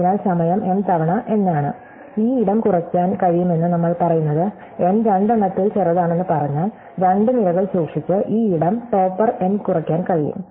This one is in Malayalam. അതിനാൽ സമയം m തവണ n ആണ് ഈ ഇടം കുറയ്ക്കാൻ കഴിയുമെന്ന് നമ്മൾ പറയുന്നത് n രണ്ടെണ്ണത്തിൽ ചെറുതാണെന്ന് പറഞ്ഞാൽ രണ്ട് നിരകൾ സൂക്ഷിച്ച് ഈ ഇടം ടോപ്പർ n കുറയ്ക്കാൻ കഴിയും